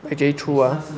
actually true ah